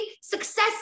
success